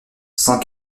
cent